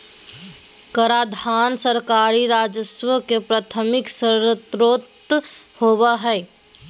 कराधान सरकारी राजस्व के प्राथमिक स्रोत होबो हइ